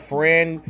Friend